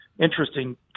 interesting